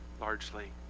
largely